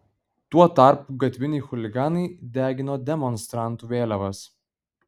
tuo tarpu gatviniai chuliganai degino demonstrantų vėliavas